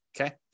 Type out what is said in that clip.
okay